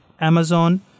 Amazon